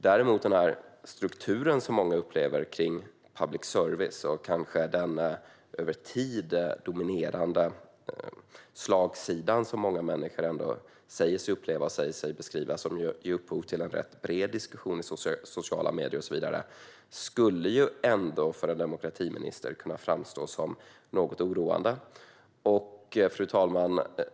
Däremot skulle strukturen kring public service och den över tid dominerande slagsida som många människor säger sig uppleva och som ger upphov till en rätt bred diskussion i sociala medier och så vidare för en demokratiminister ändå kunna framstå som något oroande. Fru talman!